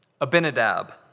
Abinadab